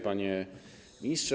Panie Ministrze!